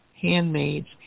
handmaids